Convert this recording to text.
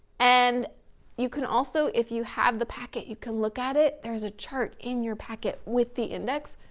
and you can also, if you have the packet, you can look at it, there's a chart in your packet with the index.